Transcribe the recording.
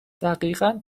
دقیقا